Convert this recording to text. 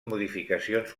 modificacions